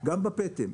גם בפטם.